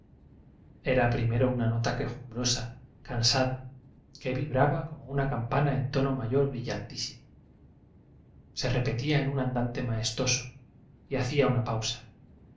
era primero una nota quejumbrosa cansada que vibraba como una campana en tono mayor brillantísimo se repetía en un andante maestoso y hacía una pausa